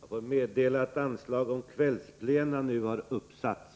Jag får meddela att anslag om kvällsplenum nu har uppsatts.